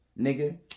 nigga